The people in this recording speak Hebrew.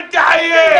אל תחייך.